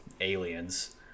aliens